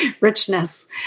richness